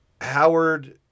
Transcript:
Howard